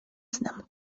znam